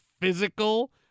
physical